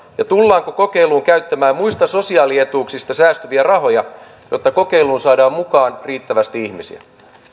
ja tullaanko kokeiluun käyttämään muista sosiaalietuuksista säästyviä rahoja jotta kokeiluun saadaan mukaan riittävästi ihmisiä